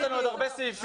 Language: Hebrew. יש לנו עוד הרבה סעיפים.